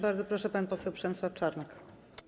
Bardzo proszę, pan poseł Przemysław Czarnek.